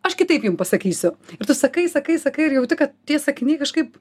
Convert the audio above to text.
aš kitaip jum pasakysiu ir tu sakai sakai sakai ir jauti kad tie sakiniai kažkaip